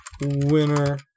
Winner